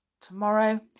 tomorrow